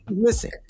Listen